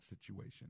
situation